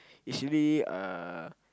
it's really a